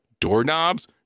doorknobs